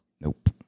nope